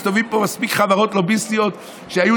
מסתובבות פה מספיק חברות לוביסטיות שהיו